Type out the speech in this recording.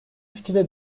fikirde